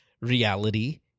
reality